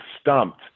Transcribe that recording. stumped